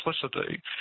simplicity